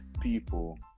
people